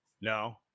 No